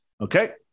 Okay